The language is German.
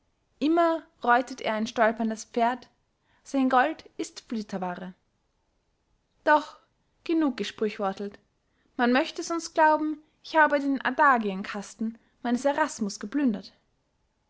immer reutet er ein stolperndes pferd sein gold ist flitterwaare doch genug gesprüchwörtelt man möchte sonst glauben ich habe den adagienkasten meines erasmus geplündert